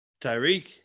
Tyreek